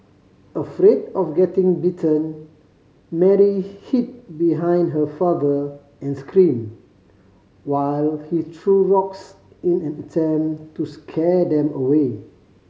afraid of getting bitten Mary hid behind her father and screamed while he threw rocks in an attempt to scare them away